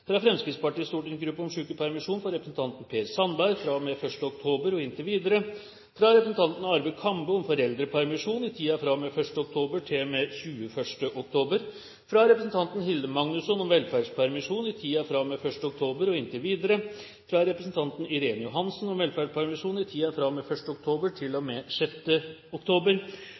fra og med 1. oktober og inntil videre – fra Fremskrittspartiets stortingsgruppe om sykepermisjon for representanten Per Sandberg fra og med 1. oktober og inntil videre – fra representanten Arve Kambe om foreldrepermisjon i tiden fra og med 1. oktober til og med 21. oktober – fra representanten Hilde Magnusson om velferdspermisjon i tiden fra og med 1. oktober og inntil videre – fra representanten Irene Johansen om